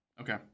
Okay